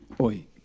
Oi